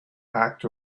act